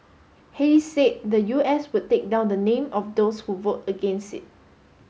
Haley said the U S would take down the name of those who vote against it